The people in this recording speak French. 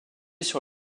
sur